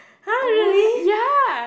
on what ya